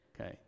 Okay